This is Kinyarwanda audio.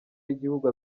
y’igihugu